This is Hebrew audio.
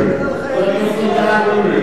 מזועזעים מאירועים,